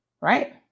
Right